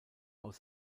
aus